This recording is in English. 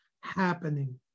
happening